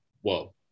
whoa